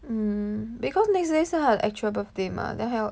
mm because next day 是他的 actual birthday mah then 还要